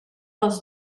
was